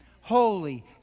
Holy